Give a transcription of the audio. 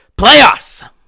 Playoffs